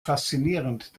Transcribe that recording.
faszinierend